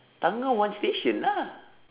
thanggam one station lah